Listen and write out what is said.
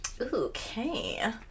Okay